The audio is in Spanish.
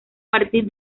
partir